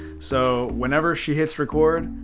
so whenever she hits record,